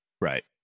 Right